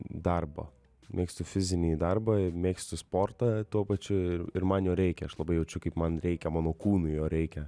darbą mėgstu fizinį darbą ir mėgstu sportą tuo pačiu ir ir man jo reikia aš labai jaučiu kaip man reikia mano kūnui jo reikia